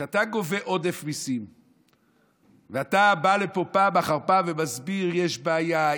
כשאתה גובה עודף מיסים ואתה בא לפה פעם אחר פעם ומסביר שיש בעיה,